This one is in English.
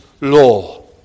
law